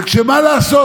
ומה לעשות?